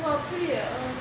!wah! அப்டியா:apdiyaa ah uh